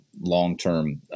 long-term